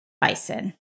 Bison